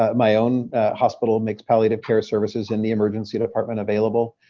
um my own hospital makes palliative care services in the emergency department available,